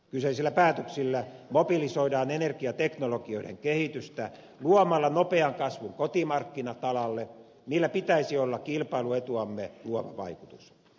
kyseisillä päätöksillä mobilisoidaan energiateknologioiden kehitystä luomalla nopean kasvun kotimarkkinat alalle millä pitäisi olla kilpailuetuamme luova vaikutus